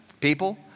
people